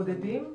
בודדים?